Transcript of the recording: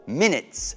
minutes